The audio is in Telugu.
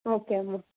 ఓకే అమ్మ